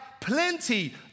plenty